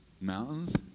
Mountains